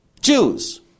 Jews